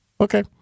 Okay